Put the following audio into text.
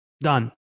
Done